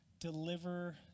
deliver